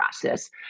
process